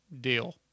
deal